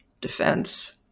Defense